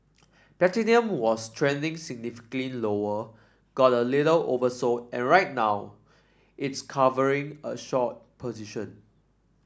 platinum was trending significantly lower got a little oversold and right now it's covering a short position